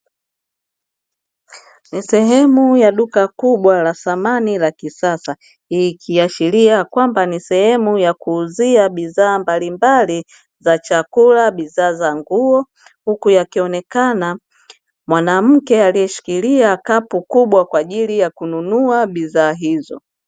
Ni sehemu ya duka kubwa la samani la kisasa ikiashiria kwamba ni sehemu ya kuuzia bidhaa mbalimbali za chakula, za nguo huku akionekana mwanamke aliyeshikilia kapu kubwa kwa ajili ya kununua bidhaa hizo.